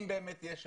באמת יש הפרשים,